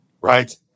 Right